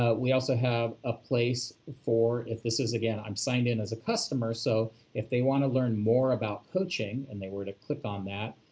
ah we also have a place for if this is again, i'm signed in as a customer, so if they want to learn more about coaching and they were to click on that,